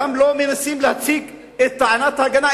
גם זה שלא מנסים להציג את טענת ההגנה,